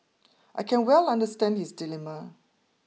I can well understand his dilemma